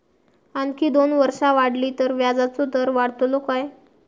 आणखी दोन वर्षा वाढली तर व्याजाचो दर वाढतलो काय?